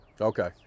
Okay